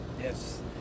Yes